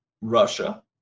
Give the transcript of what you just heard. Russia